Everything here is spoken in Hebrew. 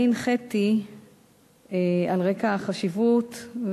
על רקע החשיבות,